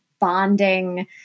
bonding